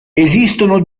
esistono